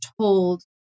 told